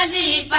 and the